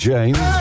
James